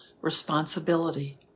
responsibility